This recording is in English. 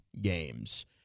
games